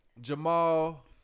jamal